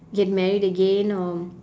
get married again or